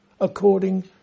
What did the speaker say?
according